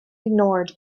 ignored